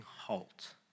halt